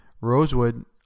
rosewood